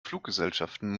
fluggesellschaften